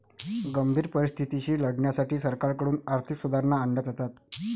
गंभीर परिस्थितीशी लढण्यासाठी सरकारकडून आर्थिक सुधारणा आणल्या जातात